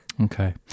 Okay